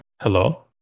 hello